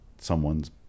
someone's